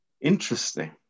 Interesting